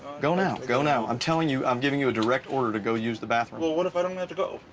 go now, go now. i'm telling you, i'm giving you a direct order to go use the bathroom. well what if i don't have to go?